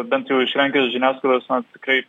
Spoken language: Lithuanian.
bent jau iš lenkijos žiniasklaidos na tikrai